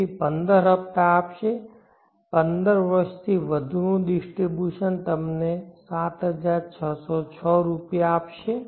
તેથી 15 હપ્તા આપશે પંદર વર્ષથી વધુનું ડિસ્ટ્રીબ્યુશન તમને 7606 રૂપિયા આપશે